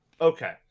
okay